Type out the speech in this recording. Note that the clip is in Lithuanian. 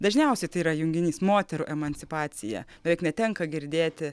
dažniausiai tai yra junginys moterų emancipacija beveik netenka girdėti